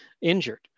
injured